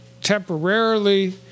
temporarily